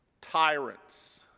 tyrants